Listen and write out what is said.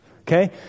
Okay